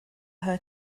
her